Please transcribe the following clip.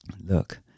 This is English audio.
Look